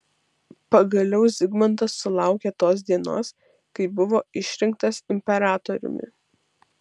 pagaliau zigmantas sulaukė tos dienos kai buvo išrinktas imperatoriumi